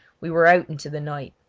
we were out into the night.